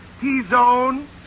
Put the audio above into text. T-zone